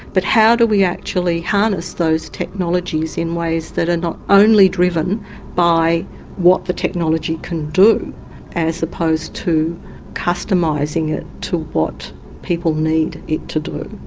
but how do we actually harness those technologies in ways that are not only driven by what the technology can do as opposed to customising it to what people need it to do.